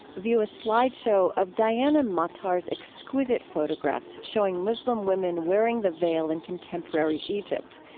view a slideshow of diana matar's exquisite photographs showing muslim women wearing the veil in contemporary egypt.